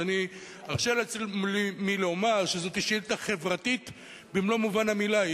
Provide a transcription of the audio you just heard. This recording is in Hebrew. אז אני ארשה לעצמי לומר שזו שאילתא חברתית במלוא מובן המלה.